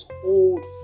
hold